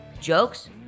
Jokes